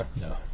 No